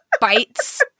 bites